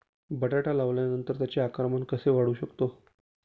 बटाटा लावल्यानंतर त्याचे आकारमान कसे वाढवू शकतो?